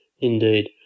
Indeed